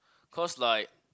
cause like